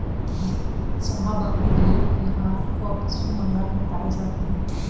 शाहाबादी भेड़ बिहार व पश्चिम बंगाल में पाई जाती हैं